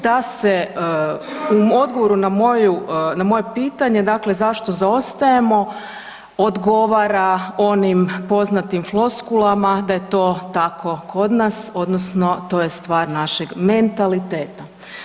Ta se, u odgovoru na moje pitanje, dakle zašto zaostajemo, odgovara onim poznatim floskulama da je to tako kod nas, odnosno to je stvar našeg mentaliteta.